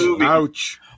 ouch